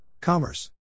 Commerce